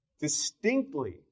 distinctly